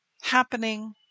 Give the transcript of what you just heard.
happening